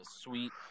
sweet